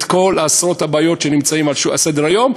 כל עשרות הבעיות שנמצאות על סדר-היום.